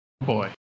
Boy